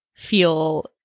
feel